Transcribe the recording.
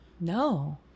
No